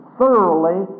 thoroughly